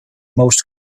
most